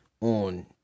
on